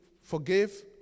forgive